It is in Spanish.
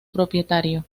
propietario